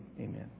amen